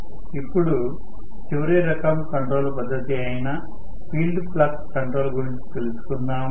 ఇప్పుడు చివరి రకం కంట్రోల్ పద్ధతి అయిన ఫీల్డ్ ఫ్లక్స్ కంట్రోల్ గురించి తెలుసుకుందాము